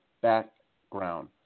background